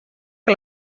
que